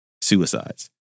suicides